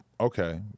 okay